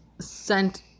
sent